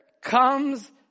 comes